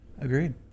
Agreed